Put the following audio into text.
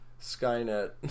Skynet